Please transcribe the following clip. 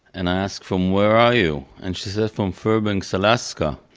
and i ask from where are you? and she says from fairbanks, alaska.